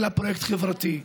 אלא כפרויקט חברתי.